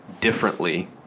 differently